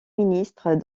ministres